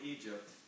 Egypt